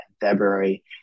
February